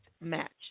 match